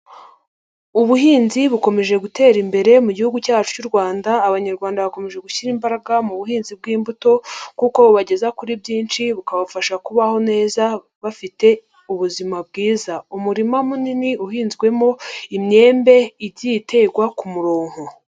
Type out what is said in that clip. Ubuhinzi bukomeje gutera imbere mu gihugu cyacu cy'u Rwanda, abanyarwanda bakomeje gushyira imbaraga mu buhinzi bw'imbuto kuko bubageza kuri byinshi bukabafasha kubaho neza bafite ubuzima bwiza. Umurima munini uhinzwemo imyembe igiye iterwa ku murongo.